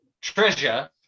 treasure